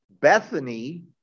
Bethany